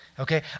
Okay